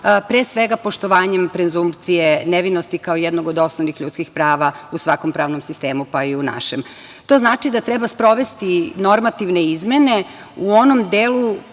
pre svega poštovanjem prezunkcije nevinosti kao jednog od osnovnih ljudskih prava u svakom pravnom sistemu, pa i u našem. To znači da treba sprovesti normativne izmene u onom delu